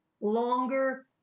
longer